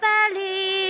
Valley